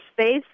space